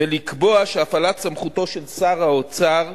ולקבוע שהפעלת סמכותו של שר האוצר,